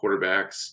quarterbacks